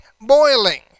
boiling